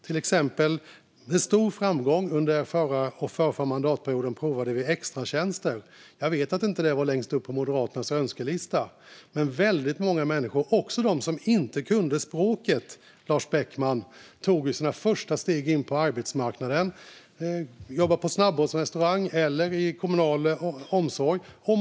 En stor framgång under den förra och förrförra mandatperioden var till exempel extratjänster. Jag vet att de inte stod högst upp på Moderaternas önskelista, men väldigt många människor - också de som inte kunde språket, Lars Beckman - tog ju sina första steg in på arbetsmarknaden på det sättet. De jobbade på snabbmatsrestauranger eller i kommunal omsorg.